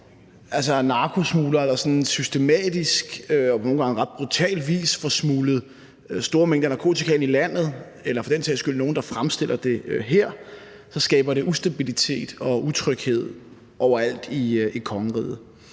oplever narkosmuglere, der sådan systematisk og nogle gange på ret brutal vis får smuglet store mængder narkotika ind i landet i, eller for den sags skyld nogle, der fremstiller det her, så skaber det ustabilitet og utryghed overalt i kongeriget.